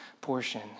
portion